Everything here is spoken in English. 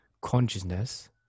consciousness